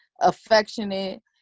affectionate